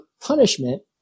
punishment